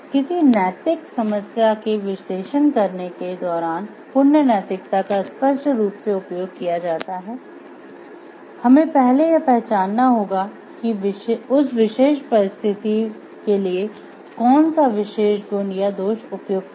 किसी नैतिक समस्या के विश्लेषण करने के दौरान पुण्य नैतिकता का स्पष्ट रूप से उपयोग किया जाता है हमें पहले यह पहचानना होगा कि उस विशेष परिस्थिति के लिए कौन सा विशेष गुण या दोष उपयुक्त हैं